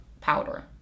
powder